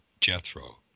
Jethro